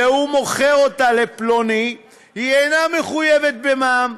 והוא מוכר אותה לפלוני, היא אינה מחויבת במע"מ.